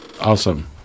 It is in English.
Awesome